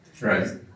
Right